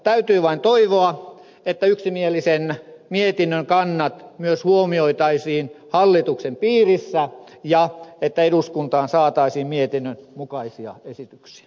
täytyy vain toivoa että yksimielisen mietinnön kannat myös huomioitaisiin hallituksen piirissä ja että eduskuntaan saataisiin mietinnön mukaisia kysytyksi